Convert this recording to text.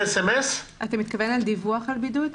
אתה מתכוון לדיווח על בידוד?